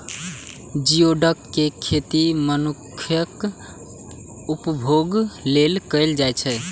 geoduck के खेती मनुक्खक उपभोग लेल कैल जाइ छै